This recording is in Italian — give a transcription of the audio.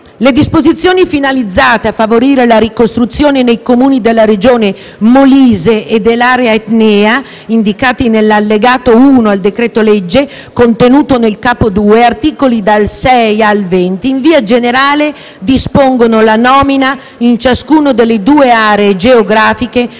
Le disposizioni finalizzate a favorire la ricostruzione nei Comuni della Regione Molise e dell'area etnea indicati nell'allegato 1 al decreto-legge, contenute nel capo II, articoli da 6 a 20, in via generale dispongono la nomina, in ciascuna delle due aree geografiche,